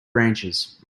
branches